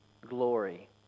glory